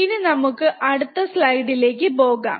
ഇനി നമുക്ക് അടുത്ത സ്ലൈഡ് ലേക്ക് പോകാം